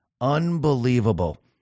Unbelievable